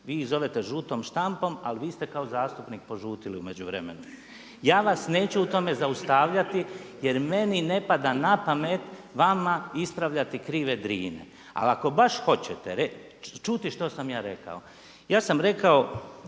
Vi ih zovete žutom štampom ali vi ste kao zastupnik požutili u međuvremenu. Ja vas neću u tome zaustavljati jer meni ne pada na pamet vama ispravljati krive drine. Ali ako baš hoćete reći, čuti što sam ja rekao ja sam rekao